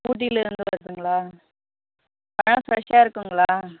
ஊட்டிலருந்து வருதுங்களா பழம் ஃப்ரெஷ்ஷாக இருக்குங்களா